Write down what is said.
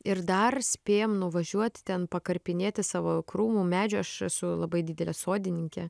ir dar spėjam nuvažiuot ten pakarpinėti savo krūmų medžių aš esu labai didelė sodininkė